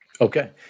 Okay